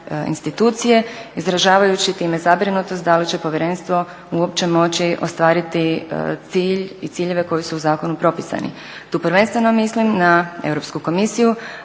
institucije izražavajući time zabrinutost da li će povjerenstvo uopće moći ostvariti cilj i ciljeve koji su u zakonu propisani. Tu prvenstveno mislim na Europsku komisiju